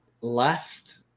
left